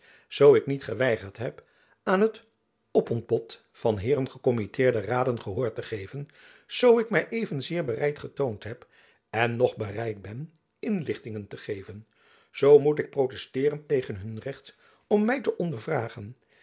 zoo ik niet geweigerd heb aan het opontbod van heeren gekommitteerde raden gehoor te geven zoo ik my even jacob van lennep elizabeth musch zeer bereid getoond heb en nog bereid ben inlichtingen te geven zoo moet ik protesteeren tegen hun recht om my te